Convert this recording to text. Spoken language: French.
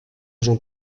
jean